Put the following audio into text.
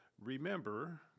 remember